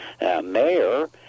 mayor